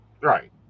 Right